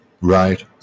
Right